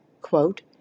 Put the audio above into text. Quote